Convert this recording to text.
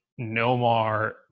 Nomar